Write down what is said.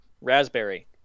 Raspberry